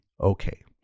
okay